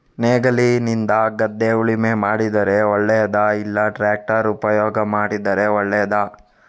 ನೇಗಿಲಿನಿಂದ ಗದ್ದೆ ಉಳುಮೆ ಮಾಡಿದರೆ ಒಳ್ಳೆಯದಾ ಇಲ್ಲ ಟ್ರ್ಯಾಕ್ಟರ್ ಉಪಯೋಗ ಮಾಡಿದರೆ ಒಳ್ಳೆಯದಾ?